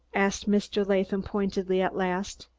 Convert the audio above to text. asked mr. latham pointedly at last,